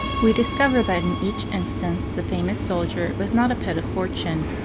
we discover that in each instance the famous soldier was not a pet of fortune,